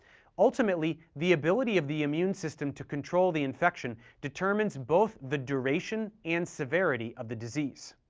ultimately, the ability of the immune system to control the infection determines both the duration and severity of the disease.